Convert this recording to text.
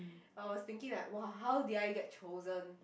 I was thinking like !wah! how did I get chosen